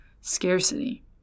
scarcity